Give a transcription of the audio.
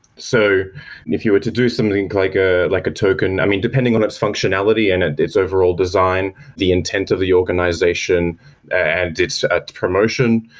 so if you were to do something like ah like a token i mean, depending on its functionality and and its overall design, the intent of the organization and its promotion.